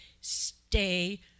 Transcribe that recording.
stay